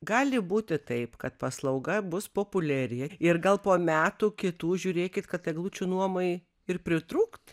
gali būti taip kad paslauga bus populiari ir gal po metų kitų žiūrėkit kad eglučių nuomai ir pritrūkt